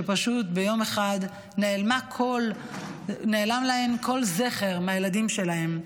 שפשוט ביום אחד נעלם כל זכר מהילדים שלהם,